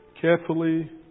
carefully